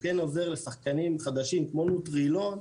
הוא כן עוזר לשחקנים חדשים כמו נוטרילון,